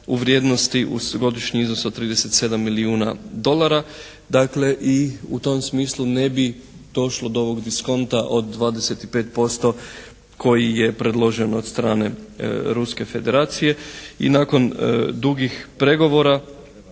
u vrijednosti uz godišnji iznos od 37 milijuna dolara. Dakle i u tom smislu ne bi došlo do ovog diskonta od 25% koji je predložen od strane Ruske federacije i nakon dugih pregovora